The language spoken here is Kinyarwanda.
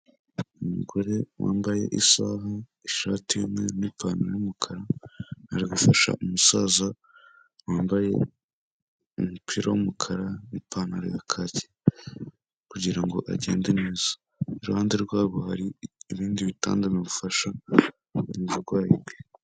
Umugore wambaye isavu ishati y'umweru n'ipantaro y'umukara, arije gufasha umusaza wambayepiro y'umukara n'ipantaro yaka kugirango agende neza iruhande rwabo hari ibindi bitanda' ubufasha mbona uburwayi bwe.